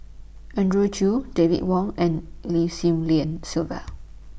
Andrew Chew David Wong and Lim Swee Lian Sylvia